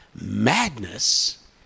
Madness